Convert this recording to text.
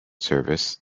service